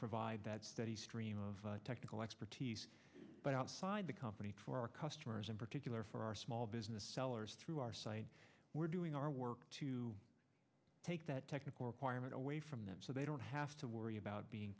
provide that steady stream of technical expertise but outside the company for our customers in particular for our small business sellers through our site we're doing our work to take that technical requirement away from them so they don't have to worry about being